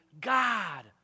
God